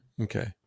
okay